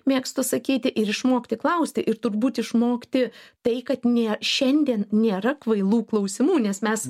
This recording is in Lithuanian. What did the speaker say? mėgstu sakyti ir išmokti klausti ir turbūt išmokti tai kad nė šiandien nėra kvailų klausimų nes mes